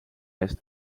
eest